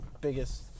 biggest